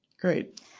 Great